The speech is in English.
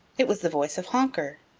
it was the voice of honker.